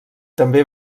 també